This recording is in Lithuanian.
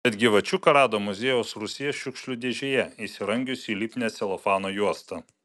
bet gyvačiuką rado muziejaus rūsyje šiukšlių dėžėje įsirangiusį į lipnią celofano juostą